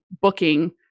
booking